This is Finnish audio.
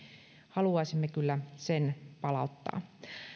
haluaisimme kyllä sen palauttaa